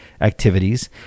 activities